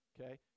Okay